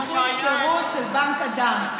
צריכים שירות של בנק הדם.